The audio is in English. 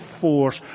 force